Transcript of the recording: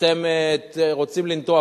אתם רוצים לנטוע?